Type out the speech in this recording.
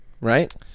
Right